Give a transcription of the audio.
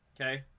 okay